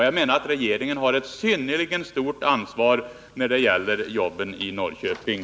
Jag menar att regeringen har ett synnerligen stort ansvar när det gäller jobben i Norrköping.